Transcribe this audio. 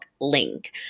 link